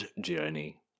Journey